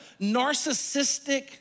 narcissistic